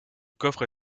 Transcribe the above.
coffre